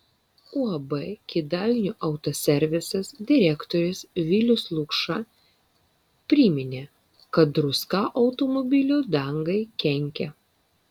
uab kėdainių autoservisas direktorius vilius lukša priminė kad druska automobilio dangai kenkia